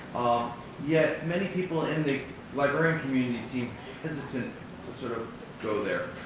yet many people in the librarian community seem hesitant to sort of go there.